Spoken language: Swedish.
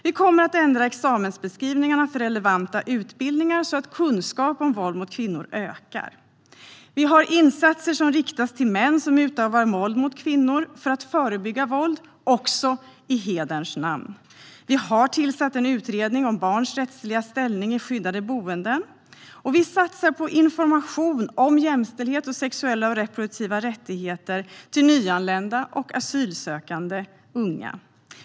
Vi kommer att ändra examensbeskrivningarna för relevanta utbildningar så att kunskapen om våld mot kvinnor ökar. Vi har insatser som riktas till män som utövar våld mot kvinnor för att förebygga våld, och det gäller även våld i hederns namn. Vi har tillsatt en utredning om barns rättsliga ställning i skyddade boenden, och vi satsar på information om jämställdhet och sexuella och reproduktiva rättigheter till nyanlända asylsökande unga.